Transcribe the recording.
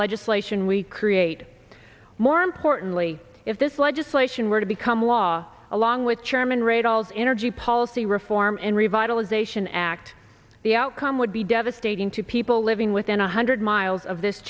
legislation we create more importantly if this legislation were to become law along with chairman rate all energy policy reform in revitalization act the outcome would be devastating to people living within a hundred miles of this